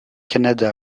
canada